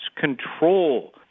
control